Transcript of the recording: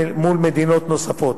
עם מדינות נוספות.